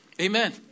Amen